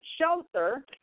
shelter